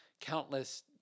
countless